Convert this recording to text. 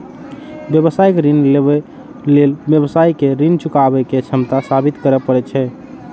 व्यावसायिक ऋण लेबय लेल व्यवसायी कें ऋण चुकाबै के क्षमता साबित करय पड़ै छै